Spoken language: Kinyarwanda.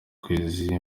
kwezi